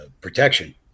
protection